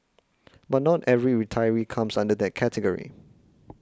but not every retiree re comes under that category